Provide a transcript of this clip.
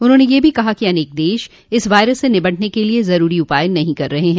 उन्होंने यह भी कहा कि अनेक देश इस वायरस से निपटने के लिए जरूरी उपाय नहीं कर रहे हैं